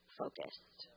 focused